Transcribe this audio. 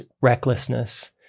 recklessness